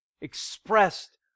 expressed